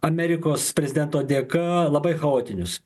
amerikos prezidento dėka labai chaotinius